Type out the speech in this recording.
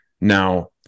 Now